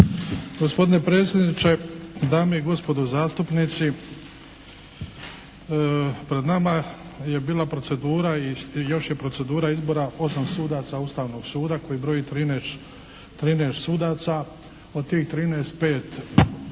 Gospodine predsjedniče, dame i gospodo zastupnici, pred nama je bila procedura i još je procedura izbora 8 sudaca Ustavnog suda koji broji 13 sudaca. Od tih 13 5 i nakon